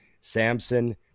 Samson